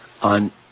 on –